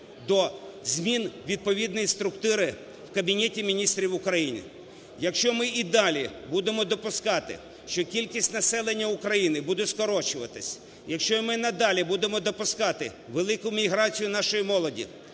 про зміни відповідної структури в Кабінеті Міністрів України. Якщо ми і далі будемо допускати, що кількість населення України буде скорочуватися, якщо ми й надалі будемо допускати велику міграцію нашої молоді,